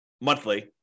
monthly